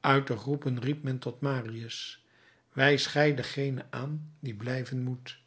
uit de groepen riep men tot marius wijs gij dengene aan die blijven moet